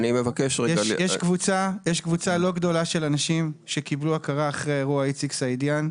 יש קבוצה לא גדולה של אנשים שקיבלו הכרה אחרי אירוע איציק סעידיאן,